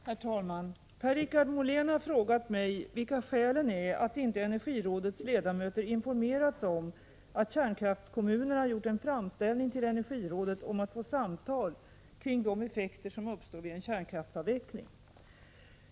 Herr talman! Per-Richard Molén har frågat mig vilka skälen är att inte energirådets ledamöter informerats om att kärnkraftskommunerna gjort en framställning till energirådet om att få samtal kring de effekter som uppstår vid en kärnkraftsavveckling.